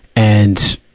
and,